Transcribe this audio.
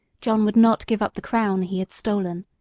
john would not give up the crown he had stolen.